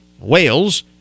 Wales